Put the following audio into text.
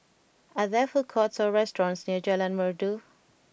are there food courts or restaurants near Jalan Merdu